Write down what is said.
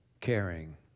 caring